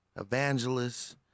evangelists